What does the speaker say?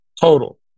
Total